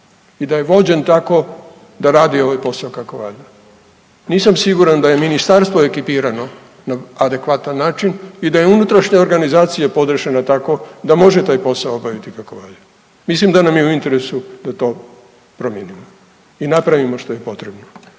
i da je vođen tako da radi ovaj posao kako valja, nisam siguran da je ministarstvo ekipirano na adekvatan način i da je unutrašnja organizacija podešena tako da može taj posao obaviti kako valja. Mislim da nam je u interesu da to promijenimo i napravimo što je potrebno